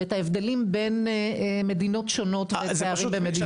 ואת ההבדלים בין מדינות שונות ופערים במדינות שונות.